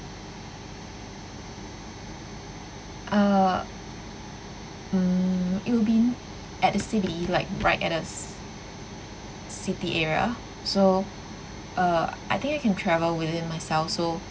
uh mm it will be at the city like right at the ci~ city area so uh I think I can travel within myself so